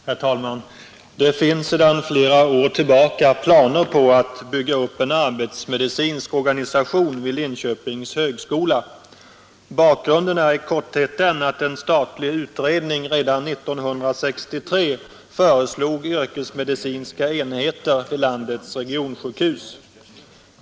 Herr talman! Det finns sedan flera år tillbaka planer på att bygga upp en arbetsmedicinsk organisation vid Linköpings högskola. Bakgrunden är i korthet den att en statlig utredning redan 1963 föreslog yrkesmedicinska enheter vid landets regionsjukhus.